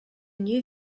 new